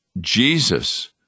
Jesus